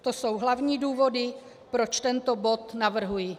To jsou hlavní důvody, proč tento bod navrhuji.